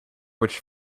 which